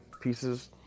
pieces